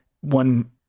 one